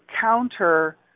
counter